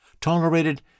tolerated